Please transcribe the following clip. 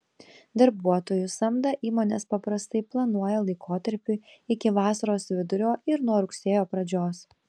darbuotojų samdą įmonės paprastai planuoja laikotarpiui iki vasaros vidurio ir nuo rugsėjo pradžios